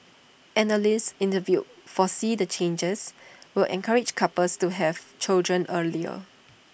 analysts interviewed foresee the changes will encourage couples to have children earlier